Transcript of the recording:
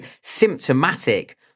symptomatic